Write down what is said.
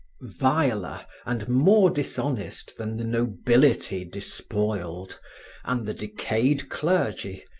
viler and more dishonest than the nobility despoiled and the decayed clergy,